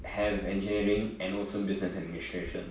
have engineering and also business administration